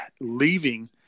leaving